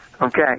Okay